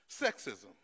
sexism